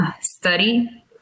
study